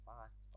fast